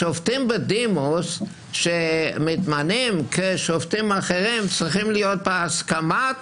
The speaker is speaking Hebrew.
השופטים בדימוס שמתמנים כשופטים אחרים צריכים להיות בהסכמת